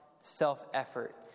self-effort